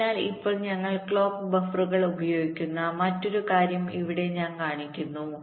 അതിനാൽ ഇപ്പോൾ ഞങ്ങൾ ക്ലോക്ക് ബഫറുകൾഉപയോഗിക്കുന്ന മറ്റൊരു കാര്യം ഇവിടെ ഞാൻ കാണിക്കുന്നു